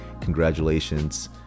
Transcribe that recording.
congratulations